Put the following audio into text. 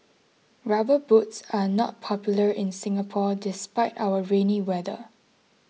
rubber boots are not popular in Singapore despite our rainy weather